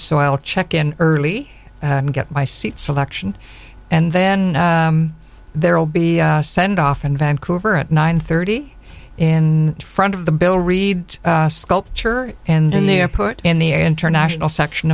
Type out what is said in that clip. i'll check in early and get my seat selection and then there'll be a send off in vancouver at nine thirty in front of the bill read sculpture and then they're put in the international section